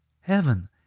heaven